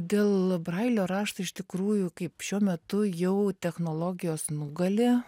dėl brailio rašto iš tikrųjų kaip šiuo metu jau technologijos nugali